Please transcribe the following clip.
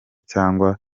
cyangwa